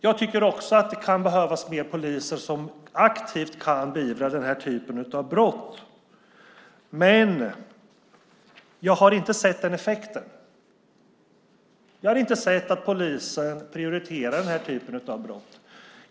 Jag tycker också att det kan behövas fler poliser som aktivt kan beivra den här typen av brott. Men jag har inte sett den effekten; jag har inte sett att polisen prioriterar den här typen av brott.